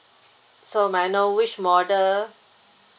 so may I know which model